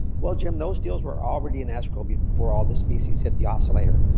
well, jim, those deals were already in escrow, before all this feces hit the oscillator.